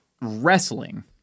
wrestling